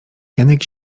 janek